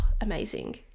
amazing